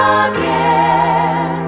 again